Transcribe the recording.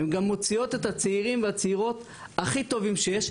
הן גם מוציאות את הצעירים והצעירות הכי טובים שיש,